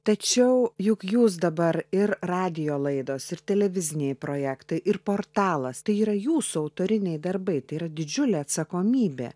tačiau juk jūs dabar ir radijo laidos ir televiziniai projektai ir portalas tai yra jūsų autoriniai darbai tai yra didžiulė atsakomybė